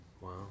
Wow